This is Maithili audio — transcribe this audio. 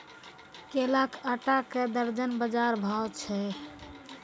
केला के आटा का दर्जन बाजार भाव छ?